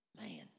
Man